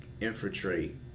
infiltrate